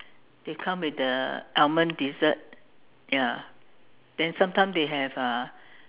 they come with the Almond dessert ya then sometime they have uh